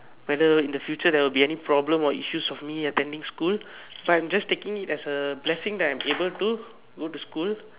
whether in the future there will be any problem or issues of me attending school so I am just taking it as a blessing that I am able to go to school